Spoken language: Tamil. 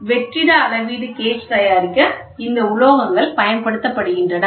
எனவே வெற்றிட அளவீட்டு கேஜ் தயாரிக்க இந்த உலோகங்கள் பயன்படுத்தப்படுகின்றன